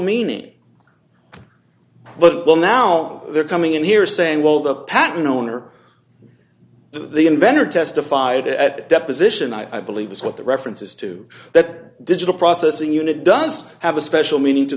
meaning but well now they're coming in here saying well the patent owner of the inventor testified at a deposition i believe is what the references to that digital processing unit does have a special meaning to